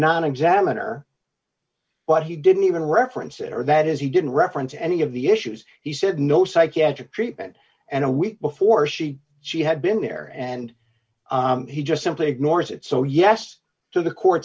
non examiner but he didn't even reference it or that as he didn't reference any of the issues he said no psychiatric treatment and a week before she she had been there and he just simply ignores it so yes to the co